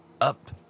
up